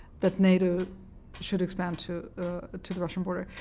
that nato should expand to to the russian border.